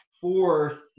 fourth